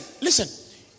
listen